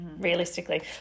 realistically